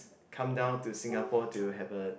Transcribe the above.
come down to Singapore to have a